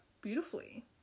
Beautifully